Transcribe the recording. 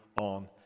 on